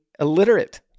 illiterate